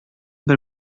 бер